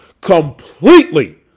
completely